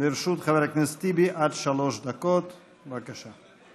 לרשות חבר הכנסת טיבי עד שלוש דקות, בבקשה.